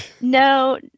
No